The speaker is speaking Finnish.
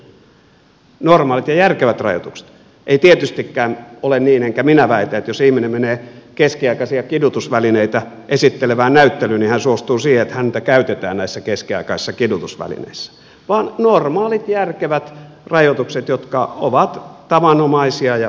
normaalit ja järkevät rajoitukset ei tietystikään ole niin enkä minä väitä että jos ihminen menee keskiaikaisia kidutusvälineitä esittelevään näyttelyyn niin hän suostuu siihen että häntä käytetään näissä keskiaikaisissa kidutusvälineissä normaalit järkevät rajoitukset jotka ovat tavanomaisia ja perusteltuja